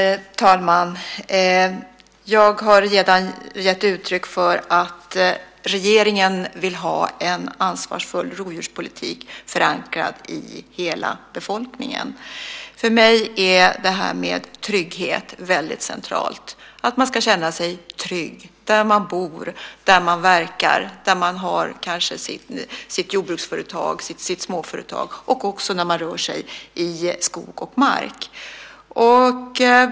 Herr talman! Jag har redan gett uttryck för att regeringen vill ha en ansvarsfull rovdjurspolitik förankrad i hela befolkningen. För mig är det här med trygghet väldigt centralt, att man ska känna sig trygg där man bor, där man verkar, där man kanske har sitt jordbruksföretag, sitt småföretag. Det gäller också när man rör sig i skog och mark.